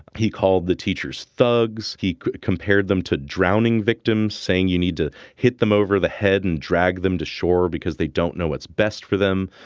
he called the teachers thugs. he compared them to drowning victims saying you need to hit them over the head and drag them to shore because they don't know what's best for them.